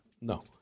No